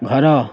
ଘର